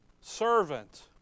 servant